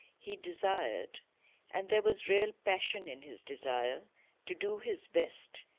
he desired and there was real passion in his desire to do his best,